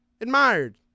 admired